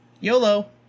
yolo